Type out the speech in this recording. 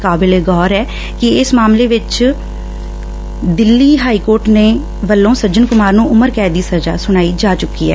ਕਾਬਲੇ ਗੌਰ ਏ ਕਿ ਇਸ ਮਾਮਲੇ ਵਿਚ ਦਿੱਲੀ ਹਾਈ ਕੋਰਟ ਵੱਲੋਂ ਸੱਜਣ ਕੁਮਾਰ ਨੂੰ ਉਮਰ ਕੈਦ ਦੀ ਸਜ਼ਾ ਸੁਣਾਈ ਜਾ ਚੁੱਕੀ ਐ